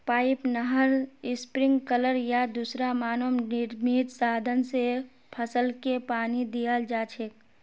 pipe, नहर, sprinkler या दूसरा मानव निर्मित साधन स फसलके पानी दियाल जा छेक